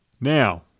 now